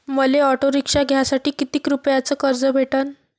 मले auto rickshaw घ्यासाठी कितीक रुपयाच कर्ज भेटनं?